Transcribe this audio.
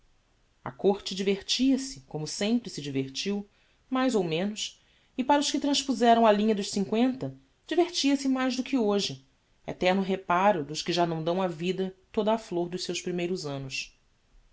a corte divertia-se como sempre se divertiu mais ou menos e para os que transpuzeram a linha dos cincoenta divertia-se mais do que hoje eterno reparo dos que já não dão á vida toda a flor dos seus primeiros annos